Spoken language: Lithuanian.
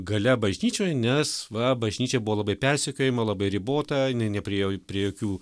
galia bažnyčioj nes va bažnyčia buvo labai persekiojama labai ribota jinai nepriėjo prie jokių